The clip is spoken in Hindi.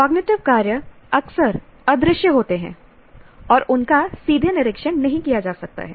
कॉग्निटिव कार्य अक्सर अदृश्य होते हैं और उनका सीधे निरीक्षण नहीं किया जा सकता है